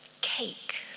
cake